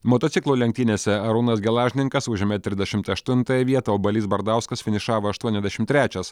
motociklų lenktynėse arūnas gelažninkas užėmė trisdešimt aštuntą vietą o balys bardauskas finišavo aštuoniasdešim trečias